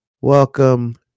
Welcome